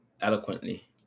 eloquently